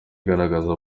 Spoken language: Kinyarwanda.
igaragaza